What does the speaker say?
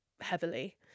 heavily